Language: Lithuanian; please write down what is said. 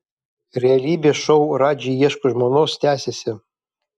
realybės šou radži ieško žmonos tęsiasi